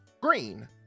green